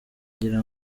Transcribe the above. ngira